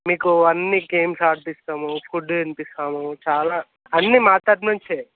మీకు అన్నీ గేమ్స్ ఆడిపిస్తాము ఫుడ్ తినిపిస్తాము చాలా అన్నీ మా తరఫున నుంచి